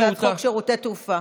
הצעת חוק שירותי תעופה.